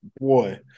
Boy